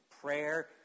prayer